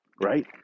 Right